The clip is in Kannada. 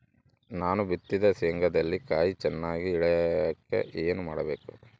ನಾನು ಬಿತ್ತಿದ ಶೇಂಗಾದಲ್ಲಿ ಕಾಯಿ ಚನ್ನಾಗಿ ಇಳಿಯಕ ಏನು ಮಾಡಬೇಕು?